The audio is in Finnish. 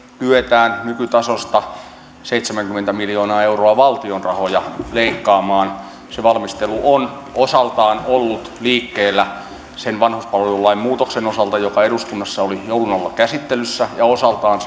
kyetään nykytasosta seitsemänkymmentä miljoonaa euroa valtion rahoja leikkaamaan on osaltaan ollut liikkeellä sen vanhuspalvelulain muutoksen osalta joka eduskunnassa oli joulun alla käsittelyssä ja osaltaan